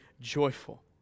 joyful